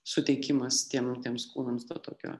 suteikimas tiem tiems kūnams dar tokio